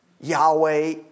Yahweh